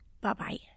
Bye-bye